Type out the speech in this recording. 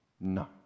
No